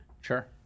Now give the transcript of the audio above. sure